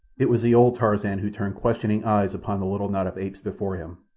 it was the old tarzan who turned questioning eyes upon the little knot of apes before him.